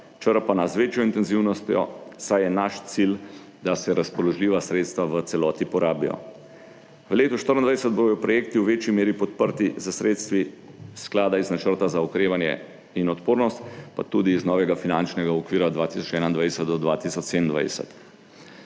črpana z večjo intenzivnostjo, saj je naš cilj, da se razpoložljiva sredstva v celoti porabijo. V letu 2024 bodo projekti v večji meri podprti s sredstvi sklada iz načrta za okrevanje in odpornost, pa tudi iz novega finančnega okvira 2021 do 2027.